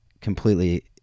completely